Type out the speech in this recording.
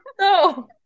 No